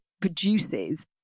produces